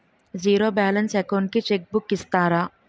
Zero balance account కి cheque book ఇస్తారా?